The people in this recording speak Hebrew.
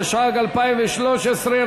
התשע"ג 2013,